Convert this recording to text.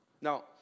Now